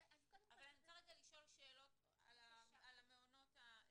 אז קודם כל --- אבל אני רוצה רגע לשאול שאלות על המעונות הממשלתיים.